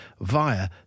via